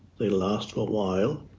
they last for a while,